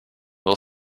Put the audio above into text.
will